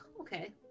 okay